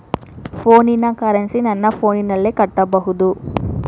ಫೋನಿನ ಕರೆನ್ಸಿ ನನ್ನ ಫೋನಿನಲ್ಲೇ ಕಟ್ಟಬಹುದು?